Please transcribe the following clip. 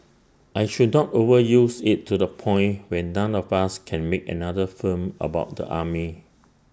I should not overuse IT to the point where none of us can make another film about the army